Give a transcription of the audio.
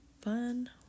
fun